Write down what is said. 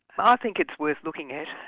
i think it's worth looking at.